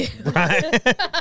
Right